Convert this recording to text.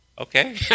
Okay